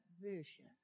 vision